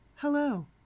Hello